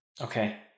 Okay